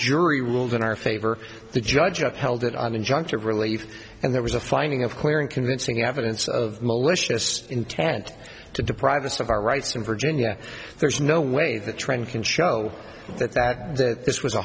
jury ruled in our favor the judge upheld it on injunctive relief and there was a finding of clear and convincing evidence of malicious intent to deprive us of our rights in virginia there is no way the trend can show that that that this was a